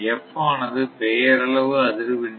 F ஆனது பெயரளவு அதிர்வெண்